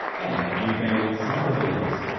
and new-fangled cyber-bullies.